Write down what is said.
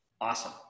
Awesome